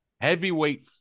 heavyweight